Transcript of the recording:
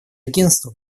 агентства